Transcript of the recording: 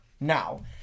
now